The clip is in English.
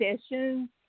sessions